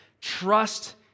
Trust